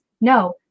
no